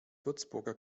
würzburger